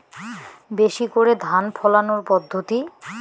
বেশি করে ধান ফলানোর পদ্ধতি?